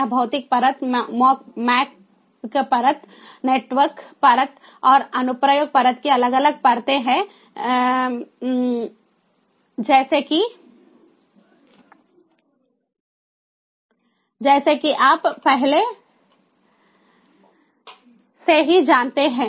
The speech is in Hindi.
यह भौतिक परत मैक परत नेटवर्क परत और अनुप्रयोग परत की अलग अलग परतें हैं जैसा कि आप पहले से ही जानते हैं